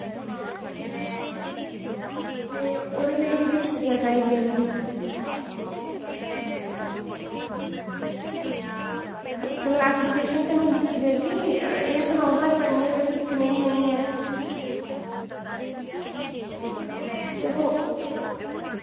ते ओह्दे लेई मिगी छुट्टियां चाहिदियां हियां चलो ऐप्लीकेशन ते में लिखी देगी एह् सनाओ हा पढ़ने बिच्च कनेही नेही ऐ चलो